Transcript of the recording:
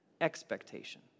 expectation